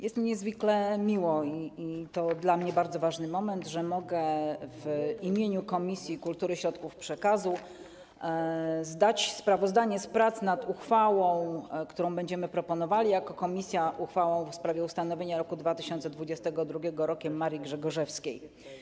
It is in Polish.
Jest mi niezwykle miło i to dla mnie bardzo ważny moment, że mogę w imieniu Komisji Kultury i Środków Przekazu zdać sprawozdanie z prac nad uchwałą, którą będziemy proponowali jako komisja, w sprawie ustanowienia roku 2022 Rokiem Marii Grzegorzewskiej.